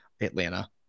Atlanta